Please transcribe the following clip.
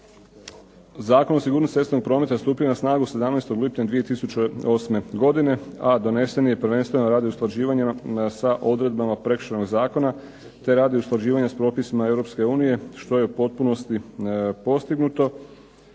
Zakon o sigurnosti cestovnog prometa stupio je na snagu 17. lipnja 2008. godine, a donesen je prvenstveno radi usklađivanja sa odredbama Prekršajnog zakona, te radi usklađivanja s propisima Europske unije što je u potpunosti postignuto